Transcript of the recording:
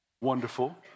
Wonderful